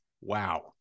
Wow